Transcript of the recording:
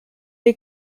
les